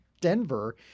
Denver